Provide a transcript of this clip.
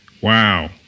Wow